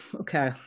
okay